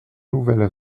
nouvelle